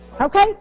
Okay